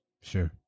Sure